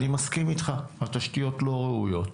אני מסכים איתך, התשתיות לא ראויות.